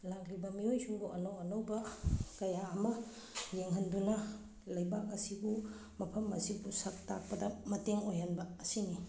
ꯂꯥꯛꯂꯤꯕ ꯃꯤꯑꯣꯏꯁꯤꯡꯕꯨ ꯑꯅꯧ ꯑꯅꯧꯕ ꯀꯌꯥ ꯑꯃ ꯌꯦꯡꯍꯟꯗꯨꯅ ꯂꯩꯕꯥꯛ ꯑꯁꯤꯕꯨ ꯃꯐꯝ ꯑꯁꯤꯕꯨ ꯁꯛ ꯇꯥꯛꯄꯗ ꯃꯇꯦꯡ ꯑꯣꯏꯍꯟꯕ ꯑꯁꯤꯅꯤ